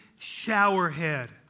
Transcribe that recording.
showerhead